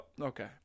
Okay